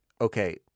okay